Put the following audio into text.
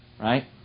Right